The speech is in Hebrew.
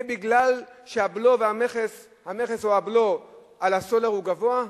בגלל שהבלו או המכס על הסולר הוא גבוה?